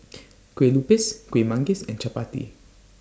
Kueh Lupis Kueh Manggis and Chappati